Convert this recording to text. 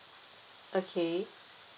okay